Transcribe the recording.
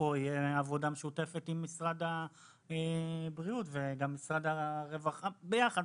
שפה תהיה עבודה משותפת עם משרד הבריאות ועם משרד הרווחה ביחד,